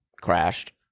crashed